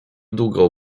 długo